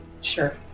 Sure